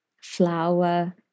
flower